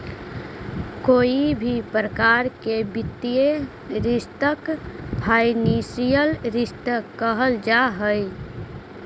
कोई भी प्रकार के वित्तीय रिस्क फाइनेंशियल रिस्क कहल जा हई